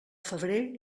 febrer